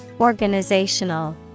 Organizational